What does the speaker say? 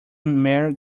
mare